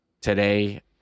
today